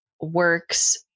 works